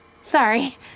Sorry